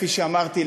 כפי שאמרתי,